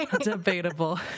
Debatable